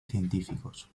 científicos